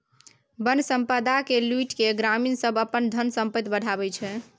बन संपदा केर लुटि केँ ग्रामीण सब अपन धन संपैत बढ़ाबै छै